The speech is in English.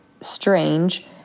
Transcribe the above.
strange